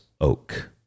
oak